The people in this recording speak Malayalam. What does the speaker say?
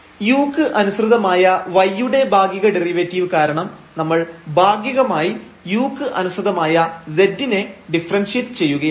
u ക്ക് അനുസൃതമായ y യുടെ ഭാഗിക ഡെറിവേറ്റീവ് കാരണം നമ്മൾ ഭാഗികമായി u ക്ക് അനുസൃതമായ z നെ ഡിഫറെൻഷിയേറ്റ് ചെയ്യുകയാണ്